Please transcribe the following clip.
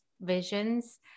visions